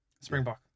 Springbok